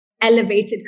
elevated